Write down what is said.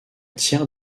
tiers